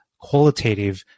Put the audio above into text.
qualitative